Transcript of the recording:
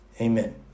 Amen